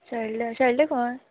शेलड्या शेलड्यां खंय